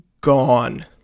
gone